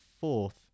fourth